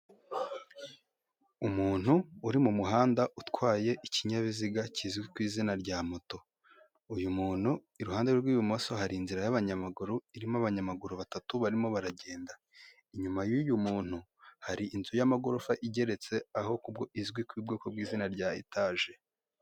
Umuntu uri mu muhanda utwaye ikinyabiziga kizwi ku izina rya moto, uyu muntu iruhande rw'ibumoso hari inzira y'abanyamaguru irimo abanyamaguru batatu barimo baragenda, inyuma y'uyu muntu hari inzu y'amagorofa igeretse aho izwi ku'bwoko bw'izina rya etaje.